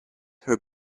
her